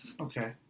Okay